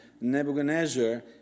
Nebuchadnezzar